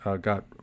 got